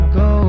go